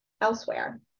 elsewhere